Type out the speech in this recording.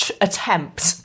Attempt